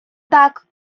так